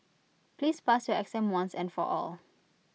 please pass your exam once and for all